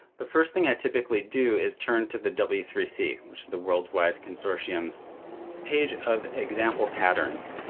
the first thing i typically do is turn to the w three c, which is the world wide consortium's page of example patterns.